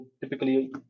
typically